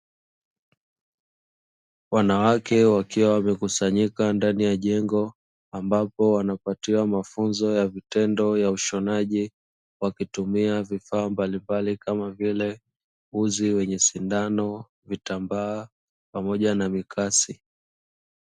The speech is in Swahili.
Wanawake wakiwa wamekusanyika ndani ya jengo ambapo wanapatiwa mafunzo ya vitendo ya ushonaji. Wakitumia vifaa mbalimbali kama vile uzi wenye sindano, vitambaa pamoja na mikasi.